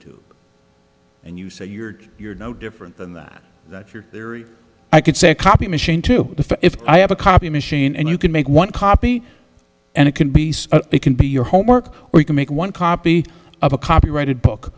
two and you say you're you're no different than that that's your theory i could say copy machine to the if i have a copy machine and you can make one copy and it can be so it can be your homework or you can make one copy of a copyrighted book